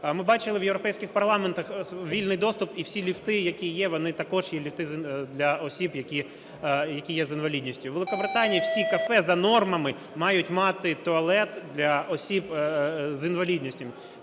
Ми бачили в європейських парламентах вільний доступ, і всі ліфти, які є, вони також є ліфти для осіб, які є з інвалідністю. У Великобританії всі кафе за нормами мають мати туалет для осіб з інвалідністю.